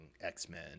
x-men